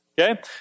Okay